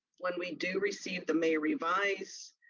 when we do receive the may revise,